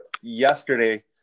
yesterday